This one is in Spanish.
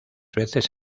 veces